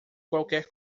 qualquer